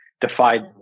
Defied